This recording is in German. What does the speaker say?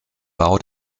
bau